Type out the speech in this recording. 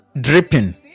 dripping